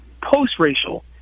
post-racial